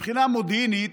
מבחינה מודיעינית,